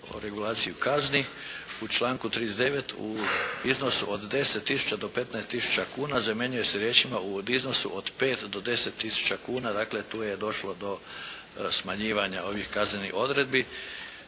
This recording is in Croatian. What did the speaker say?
o regulaciji u kazni, u članku 39. u iznosu od 10 tisuća do 15 tisuća kuna zamjenjuje se riječima: "u iznosu od 5 do 10 tisuća kuna". Dakle, tu je došlo do smanjivanja ovih kaznenih odredbi,